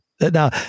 Now